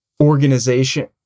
organization